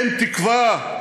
אין תקווה?